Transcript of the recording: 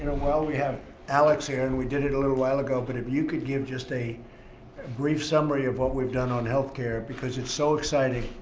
and and while we have alex here, and we did it a little while ago, but if you could give just a brief summary of what we've done on healthcare, because it's so exciting.